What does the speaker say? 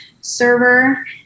server